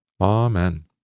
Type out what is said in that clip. Amen